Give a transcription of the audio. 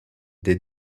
des